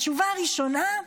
התשובה הראשונה,